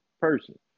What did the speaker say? person